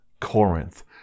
Corinth